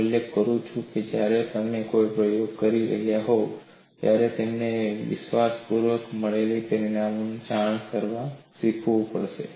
હું ઉલ્લેખ કરી રહ્યો છું જ્યારે તમે કોઈ પ્રયોગ કરી રહ્યા હોવ ત્યારે તમને વિશ્વાસપૂર્વક મળેલા પરિણામોની જાણ કરવાનું શીખવું પડશે